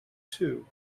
two